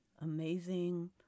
amazing